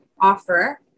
offer